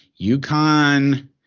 UConn